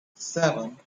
seven